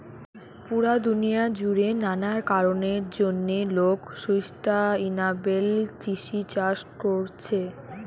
পুরা দুনিয়া জুড়ে নানা কারণের জন্যে লোক সুস্টাইনাবল কৃষি চাষ কোরছে